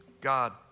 God